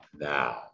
now